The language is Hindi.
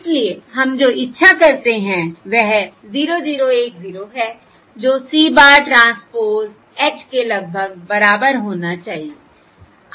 इसलिए हम जो इच्छा करते हैं वह 0 0 1 0 है जो C बार ट्रांसपोज़ H के लगभग बराबर होना चाहिए